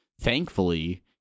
thankfully